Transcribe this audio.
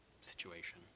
situation